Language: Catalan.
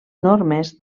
normes